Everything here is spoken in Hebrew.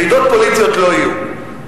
רעידות פוליטיות לא יהיו.